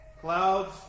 clouds